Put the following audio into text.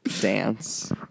dance